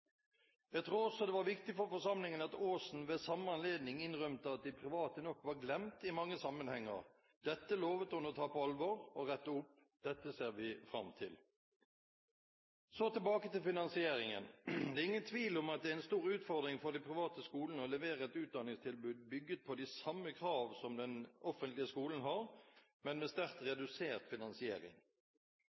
det var viktig for forsamlingen at Aasen ved samme anledning innrømte at de private nok var glemt i mange sammenhenger. Dette lovet hun å ta på alvor og rette opp. Dette ser vi fram til. Så tilbake til finansieringen. Det er ingen tvil om at det er en stor utfordring for de private skolene å levere et utdanningstilbud bygget på de samme krav som den offentlige skolen har, men med sterkt redusert finansiering.